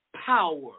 power